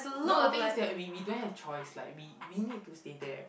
no the thing is that we we don't have choice like we we need to stay there